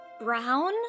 brown